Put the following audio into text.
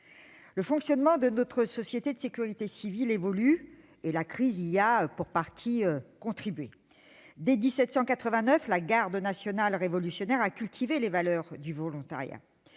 Le fonctionnement de notre modèle de sécurité civile évolue, la crise y a, pour partie, contribué. Dès 1789, la Garde nationale révolutionnaire a cultivé les valeurs du volontariat